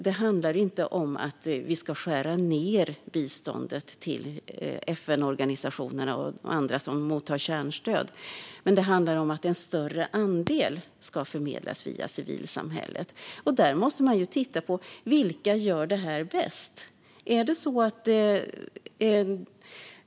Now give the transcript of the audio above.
Det handlar inte om att vi ska skära ned biståndet till FN-organisationerna och andra som tar emot kärnstöd utan om att en större andel ska förmedlas via civilsamhället. Här måste vi titta på vilka som gör detta bäst.